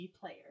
player